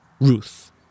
Ruth